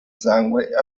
sangue